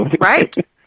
Right